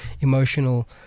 emotional